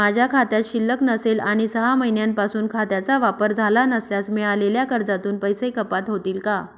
माझ्या खात्यात शिल्लक नसेल आणि सहा महिन्यांपासून खात्याचा वापर झाला नसल्यास मिळालेल्या कर्जातून पैसे कपात होतील का?